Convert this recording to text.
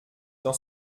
dans